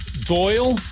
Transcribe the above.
doyle